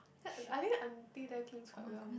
that I think aunty there cleans quite well